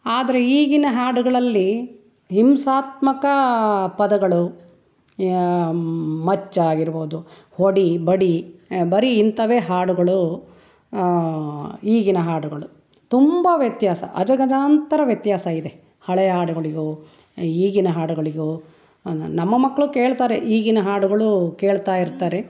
ಆದರೆ ಈಗಿನ ಹಾಡುಗಳಲ್ಲಿ ಹಿಂಸಾತ್ಮಕ ಪದಗಳು ಮಚ್ ಆಗಿರ್ಬೋದು ಹೊಡಿ ಬಡಿ ಬರೀ ಇಂಥವೆ ಹಾಡುಗಳು ಈಗಿನ ಹಾಡುಗಳು ತುಂಬ ವ್ಯತ್ಯಾಸ ಅಜಗಜಾಂತರ ವ್ಯತ್ಯಾಸ ಇದೆ ಹಳೆ ಹಾಡುಗಳಿಗೂ ಈಗಿನ ಹಾಡುಗಳಿಗೂ ನಮ್ಮ ಮಕ್ಕಳು ಕೇಳ್ತಾರೆ ಈಗಿನ ಹಾಡುಗಳು ಕೇಳ್ತಾಯಿರ್ತಾರೆ